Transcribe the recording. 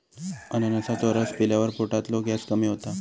अननसाचो रस पिल्यावर पोटातलो गॅस कमी होता